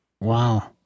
Wow